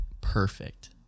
perfect